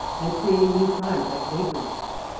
then creating new crimes like vagrancy,